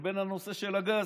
לבין הנושא של הגז?